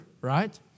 right